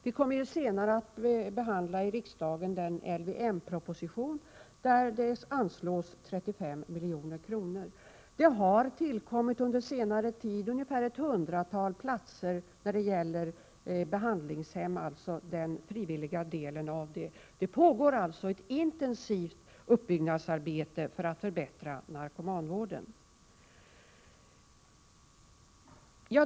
Vi kommer senare i riksdagen att behandla den LVM proposition där ett anslag på 35 milj.kr. föreslås. Det har under senare tid tillkommit ett hundratal platser på behandlingshem, det gäller alltså den frivilliga delen. Det pågår ett intensivt uppbyggnadsarbete för att förbättra narkomanvården.